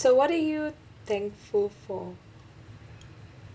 so what're you thankful for